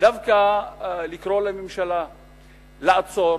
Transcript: דווקא לקרוא לממשלה לעצור.